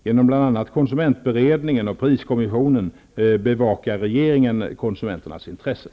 Genom bl.a. konsumentberedningen och pris kommissionen bevakar regeringen konsumenternas intressen.